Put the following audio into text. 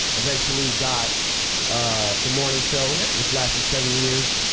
eventually got the morning show, which lasted seven years.